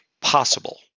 possible